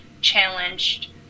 challenged